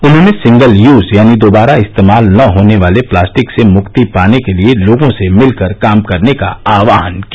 उन्होंने single use यानी दोबारा इस्तेमाल न होने वाले प्लास्टिक से मुक्ति पाने के लिए लोगों से मिलकर काम करने का आह्वान किया